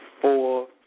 four